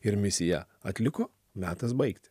ir misiją atliko metas baigti